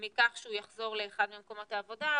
מכך שהוא יחזור לאחד ממקומות העבודה,